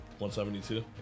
172